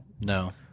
No